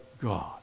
God